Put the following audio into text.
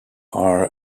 are